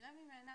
עולה ממנו,